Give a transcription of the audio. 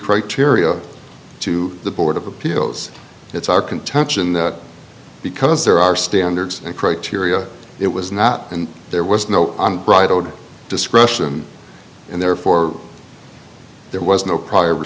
criteria to the board of appeals it's our contention that because there are standards and criteria it was not and there was no unbridled discretion and therefore there was no prior